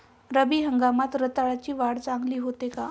रब्बी हंगामात रताळ्याची वाढ चांगली होते का?